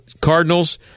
Cardinals